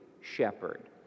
shepherd